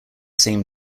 same